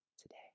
today